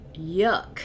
yuck